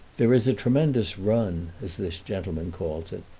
there is a tremendous run, as this gentlemen calls it,